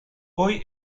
hoy